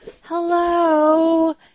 Hello